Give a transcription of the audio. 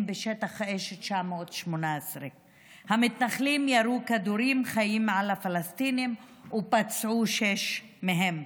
בשטח אש 918. המתנחלים ירו כדורים חיים על הפלסטינים ופצעו שישה מהם.